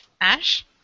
Ash